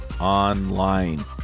online